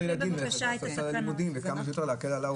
ילדים למערכת החינוך ולהקל על ההורים עד כמה שאפשר.